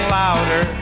louder